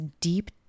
deep